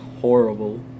horrible